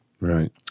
Right